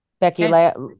Becky